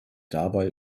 dabei